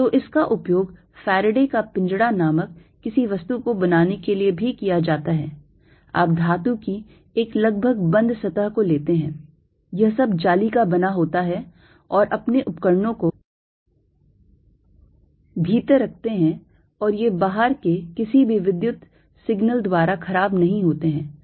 तो इसका उपयोग फैराडे का पिंजरा नामक किसी वस्तु को बनाने के लिए भी किया जाता है आप धातु की एक लगभग बंद सतह को लेते हैं यह सब जाली का बना होता है और अपने उपकरणों को भीतर रखते है और ये बाहर के किसी भी विद्युत सिग्नल द्वारा खराब नहीं होते हैं